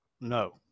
No